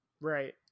right